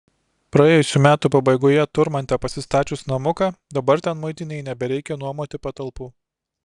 praėjusių metų pabaigoje turmante pasistačius namuką dabar ten muitinei nebereikia nuomoti patalpų